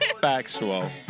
Factual